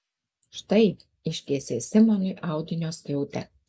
štai ištiesė simonui audinio skiautę